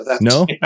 No